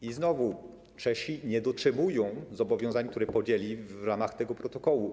I znowu Czesi nie dotrzymują zobowiązań, które podjęli w ramach tego protokołu.